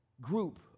group